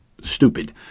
stupid